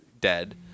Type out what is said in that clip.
dead